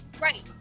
Right